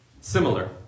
similar